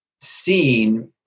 seen –